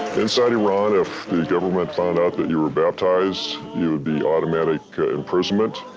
inside iran, if the government found out but you were baptized, it would be automatic imprisonment.